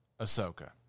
Ahsoka